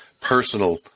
personal